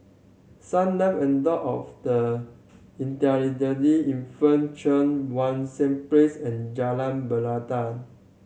Sunlove Abode of the Intellectually Infirmed Cheang Wan Seng Place and Jalan Belangka